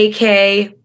AK